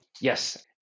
Yes